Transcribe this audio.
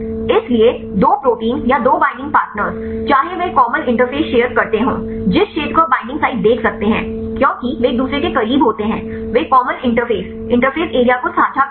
इसलिए दो प्रोटीन या दो बाइंडिंग पार्टनर्स चाहे वे एक कॉमन इंटरफेस शेयर करते हों जिस क्षेत्र को आप बाइंडिंग साइट देख सकते हैं क्योंकि वे एक दूसरे के करीब होते हैं वे कॉमन इंटरफेस इंटरफेस एरिया को साझा करते हैं